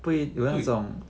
不会